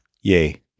Yay